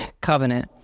covenant